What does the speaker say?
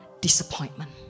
disappointment